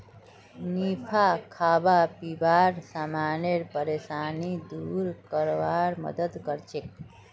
निफा खाबा पीबार समानेर परेशानी दूर करवार मदद करछेक